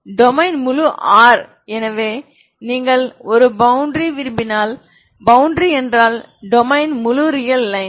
domain முழு R எனவே நீங்கள் ஒரு பவுண்டரி விரும்பினால் பவுண்டரி என்றால் டொமைன் முழு ரியல் லைன்